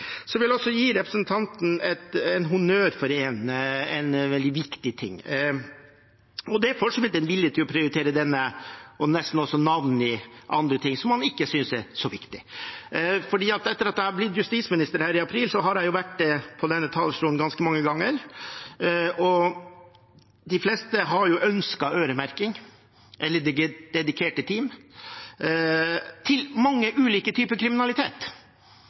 vil også gi representanten honnør for en veldig viktig ting, og det er en vilje til å prioritere dette, og nesten navngi andre ting som han ikke synes er så viktig. For etter at jeg ble justisminister i april, har jeg vært på denne talerstolen ganske mange ganger, og de fleste har ønsket øremerking eller dedikerte team til mange ulike typer kriminalitet